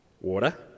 water